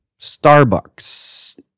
Starbucks